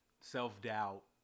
self-doubt